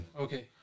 Okay